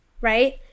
Right